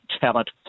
talent